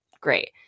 Great